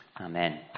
Amen